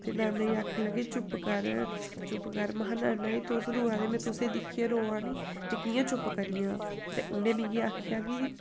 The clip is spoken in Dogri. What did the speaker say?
ते नाना जी आखन लग्गे चुप्प कर चुप्प कर महां नाना जी तुस रोआ दे में तुसें गी दिक्खियै रोआ नीं में कि'यां चुप्प करी जांऽ ते उ'नें मिगी आखेआ कि